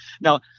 Now